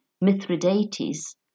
Mithridates